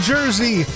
Jersey